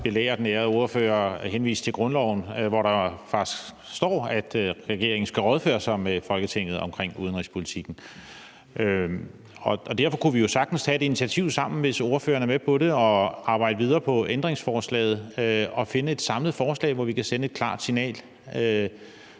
belære den ærede ordfører, henvise til grundloven, hvor der faktisk står, at regeringen skal rådføre sig med Folketinget om udenrigspolitikken. Derfor kunne vi jo sagtens tage et initiativ sammen, hvis ordføreren er med på det, og arbejde videre på ændringsforslaget og finde et samlet forslag, hvor vi kan sende et klart signal